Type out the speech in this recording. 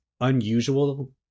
unusual